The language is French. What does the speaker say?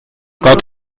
quand